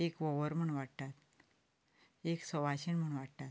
वोंवर म्हण वाडटात एक सवाशीण म्हणून वाडटात